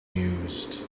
amused